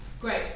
Great